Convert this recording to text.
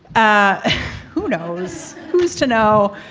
ah who knows who's to know?